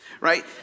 Right